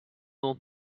não